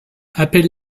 appelle